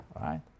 right